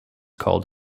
called